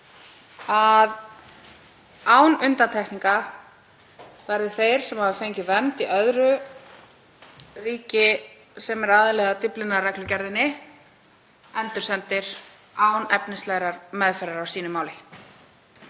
að án undantekninga verði þeir sem fengið hafa vernd í öðru ríki sem er aðili að Dyflinnarreglugerðinni endursendir án efnislegrar meðferðar á sínu máli.